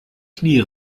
knie